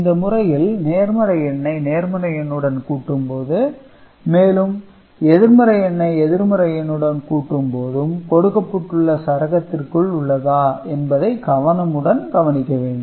இந்த முறையில் நேர்மறை எண்ணை நேர்மறை எண்ணுடன் கூட்டும் போதும் மேலும் எதிர்மறை எண்ணை எதிர்மறை எண்ணுடன் கூட்டும் போதும் கொடுக்கப்பட்டுள்ள சரகத்த்திற்குள் உள்ளதா என்பதை கவனமுடன் கவனிக்க வேண்டும்